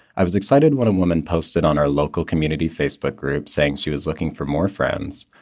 i was excited when a woman posted on our local community facebook group saying she was looking for more friends.